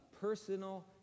personal